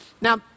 Now